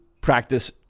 practice